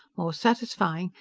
more satisfying,